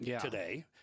today